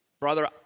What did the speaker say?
brother